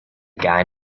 guy